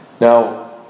Now